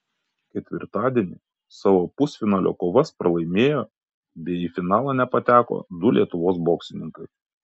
ketvirtadienį savo pusfinalio kovas pralaimėjo bei į finalą nepateko du lietuvos boksininkai